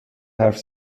حرف